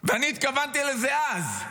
ואני התכוונתי לזה אז,